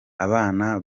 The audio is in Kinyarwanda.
abana